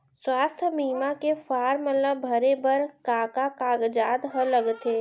स्वास्थ्य बीमा के फॉर्म ल भरे बर का का कागजात ह लगथे?